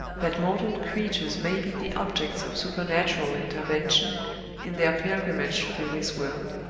that mortal creatures may be the objects of supernatural intervention in their pilgrimage through this world.